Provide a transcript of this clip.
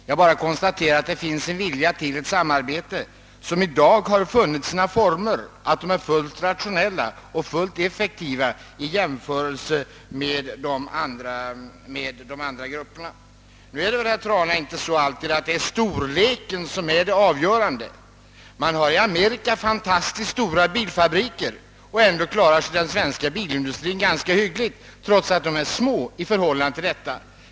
Jag konstaterar bara att det finns en vilja till samarbete i former som är rationella och effektiva om man jämför med andra grupper. Vidare är det inte alltid storleken som är avgörande, herr Trana. I Amerika har man exempelvis oerhört stora bilfabriker, men ändå klarar sig den svenska bilindustrin rätt bra, trots att våra fabriker är små jämfört med de amerikanska.